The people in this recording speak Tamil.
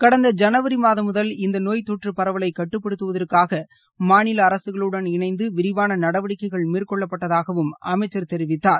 கடந்த ஜனவரி மாதம் முதல் இந்த நோய் தொற்று பரவலை கட்டுப்படுத்துவதற்காக மாநில அரசுகளுடன் இணைந்து விரிவான நடவடிக்கைகள் மேற்கொள்ளப்பட்டதாகவும் அமைச்சர் தெரிவித்தார்